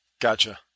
Gotcha